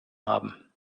haben